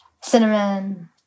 Cinnamon